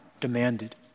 demanded